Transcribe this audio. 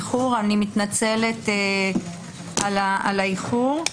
מתנצלת על האיחור.